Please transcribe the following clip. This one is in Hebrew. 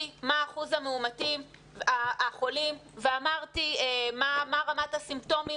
מה אחוז החולים ואמרתי מה רמת הסימפטומים.